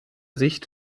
sicht